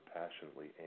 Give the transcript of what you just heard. passionately